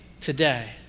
today